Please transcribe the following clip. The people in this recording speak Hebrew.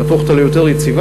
לעשות אותה יותר יציבה,